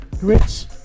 Grits